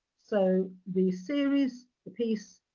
so, the series, the piece,